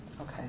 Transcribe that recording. Okay